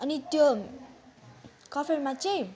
अनि त्यो कफेरमा चाहिँ